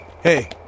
Hey